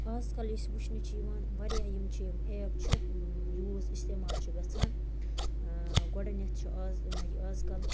آزکَل یُس وٕچھنہٕ چھُ یِوان واریاہ یِم چھِ ایپ چھِ یوٗز اِستعمال چھ گَژھان گۄڈنیٚتھ چھُ آز یہِ آزکَل